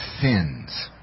sins